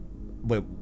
Wait